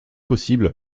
possible